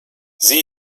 sie